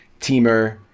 Teamer